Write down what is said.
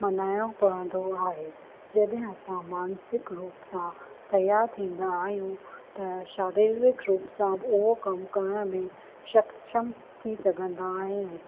मञाइणो पवंदो आहे जॾहिं असां मानसिक रूप सां तियारु थींदा आहियूं त शारीरिकु रूप सां बि उहो कमु करण में सक्षम थी सघंदा आहियूं